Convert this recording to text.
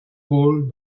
gaulle